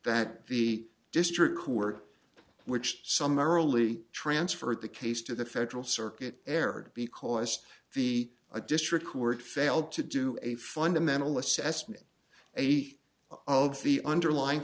that the district court which some early transferred the case to the federal circuit erred because the a district court failed to do a fundamental assessment